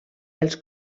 els